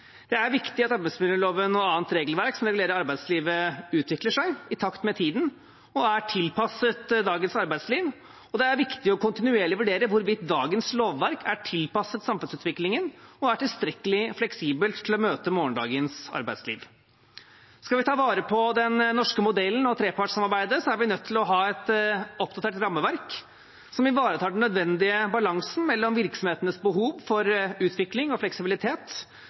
Det er viktig at arbeidsmiljøloven og annet regelverk som gjelder i arbeidslivet, utvikler seg i takt med tiden og er tilpasset dagens arbeidsliv, og det er viktig kontinuerlig å vurdere hvorvidt dagens lovverk er tilpasset samfunnsutviklingen og er tilstrekkelig fleksibelt til å møte morgendagens arbeidsliv. Skal vi ta vare på den norske modellen og trepartssamarbeidet, er vi nødt til å ha et oppdatert rammeverk som ivaretar den nødvendige balansen mellom virksomhetenes behov for utvikling og fleksibilitet